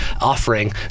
offering